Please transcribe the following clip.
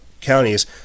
counties